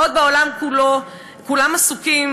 בעוד בעולם כולו כולם עסוקים,